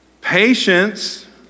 patience